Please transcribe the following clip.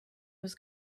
was